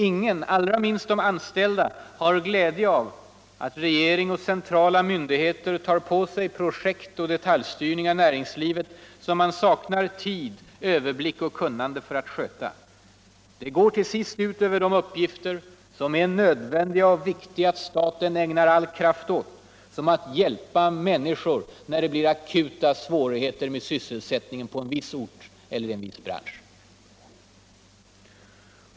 Ingen — aullra minst de anstiällda — har glädje av att regering och centrala myndigheter tar på sig projekt och detaljstyrning av näringslivet som man saknar tid. överblick och kunnande för att sköta. Det går till sist ut över de uppgifter som det är nödvändigt och viktigt att staten ägnar all kraft åt. som att hjälpa människor när det blir akuta svårigheter med svsselsättningen på en viss ort eller i en viss bransch.